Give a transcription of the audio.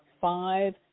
five